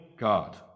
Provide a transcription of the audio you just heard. God